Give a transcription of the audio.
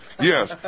yes